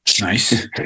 nice